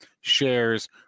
shares